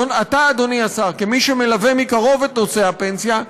אתה, אדוני השר, כמי שמלווה מקרוב את נושא הפנסיה,